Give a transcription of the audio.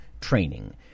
training